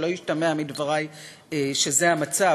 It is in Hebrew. שלא ישתמע מדברי שזה המצב,